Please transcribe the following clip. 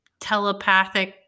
telepathic